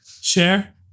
share